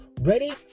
ready